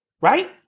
right